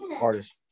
artist